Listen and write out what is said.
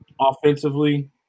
offensively